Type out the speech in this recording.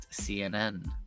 CNN